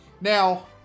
Now